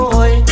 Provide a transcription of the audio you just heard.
Boy